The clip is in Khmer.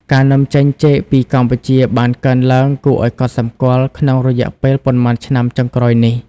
ការនាំចេញចេកពីកម្ពុជាបានកើនឡើងគួរឱ្យកត់សម្គាល់ក្នុងរយៈពេលប៉ុន្មានឆ្នាំចុងក្រោយនេះ។